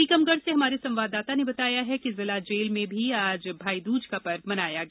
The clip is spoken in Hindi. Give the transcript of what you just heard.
टीकमगढ से हमारे संवाददाता ने बताया है कि जिला जेल में भी आज भाई दूज का पर्व मनाया गया